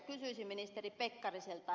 kysyisin ministeri pekkariselta